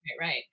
right